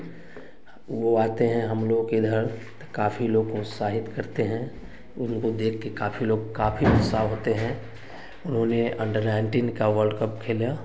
वह आते हैं हम लोगों के इधर काफ़ी लोग उत्साहित करते हैं उनको देख कर काफ़ी लोग काफ़ी उत्साह होते हैं उन्होंने अंडर नाइनटीन का वर्ल्ड कप खेला